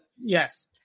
Yes